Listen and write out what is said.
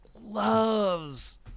loves